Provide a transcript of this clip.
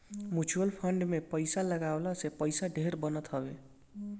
mutual fund में पईसा लगावे से पईसा ढेर बनत हवे